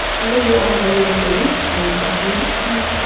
i hope you all have a really good week, and i'll see you next time.